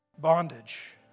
bondage